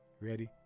Ready